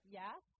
yes